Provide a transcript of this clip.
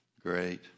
Great